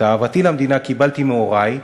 את אהבתי למדינה קיבלתי מהורי,